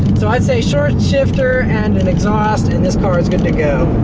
so, i'd say short shifter and an exhaust, and this car is good to go.